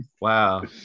Wow